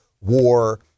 war